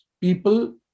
people